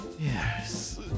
Yes